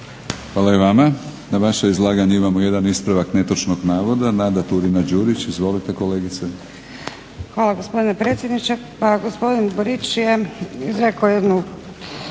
Hvala i vama. Na vaše izlaganje imamo jedan ispravak netočnog navoda. Nada Turina Đurić. Izvolite kolegice. **Turina-Đurić, Nada (HNS)** Hvala gospodine potpredsjedniče. Pa gospodin Borić je rekao jednu